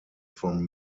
from